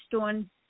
on